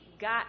got